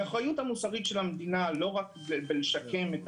האחריות המוסרית של המדינה היא לא רק לשקם את